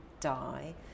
die